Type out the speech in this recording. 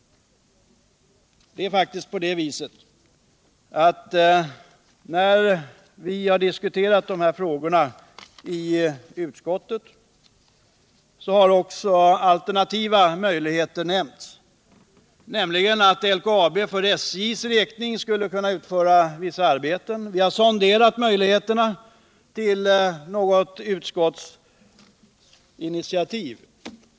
Det är faktiskt på det viset att när vi har diskuterat de här frågorna i utskottet så har också alternativa möjligheter nämnts, nämligen att LKAB för SJ:s räkning skulle kunna utföra vissa arbeten. Vi har sonderat möjligheterna till något utskottsinitiativ.